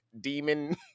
demon